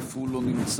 אף הוא לא נמצא.